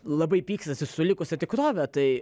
labai pykstasi su likusia tikrove tai